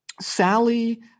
Sally